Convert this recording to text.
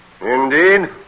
Indeed